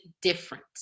different